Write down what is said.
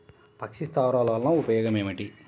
పక్షి స్థావరాలు వలన ఉపయోగం ఏమిటి?